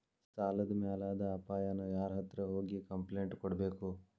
ಸಾಲದ್ ಮ್ಯಾಲಾದ್ ಅಪಾಯಾನ ಯಾರ್ಹತ್ರ ಹೋಗಿ ಕ್ಂಪ್ಲೇನ್ಟ್ ಕೊಡ್ಬೇಕು?